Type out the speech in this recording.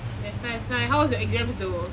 that's why that's why how was your exams though